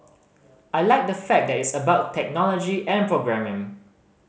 I like the fact that it's about technology and programming